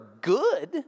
good